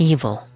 Evil